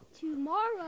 Tomorrow